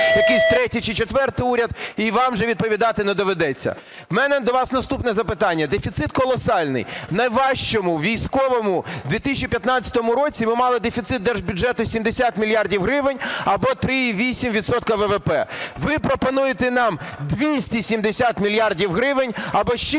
якийсь тертій чи четвертий уряд, і вам вже відповідати не доведеться. У мене до вас наступне запитання. Дефіцит колосальний. В найважчому військовому 2015 році ми мали дефіцит держбюджету в 70 мільярдів гривень або 3,8 відсотка ВВП. Ви пропонуєте нам 270 мільярдів гривень або 6